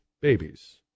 babies